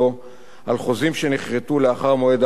על חוזים שנכרתו לאחר מועד ההחלטה,